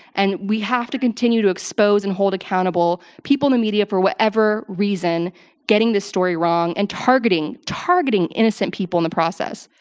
and we have to continue to expose and hold accountable people in the media for whatever reason getting this story wrong and targeting, targeting innocent people in the process.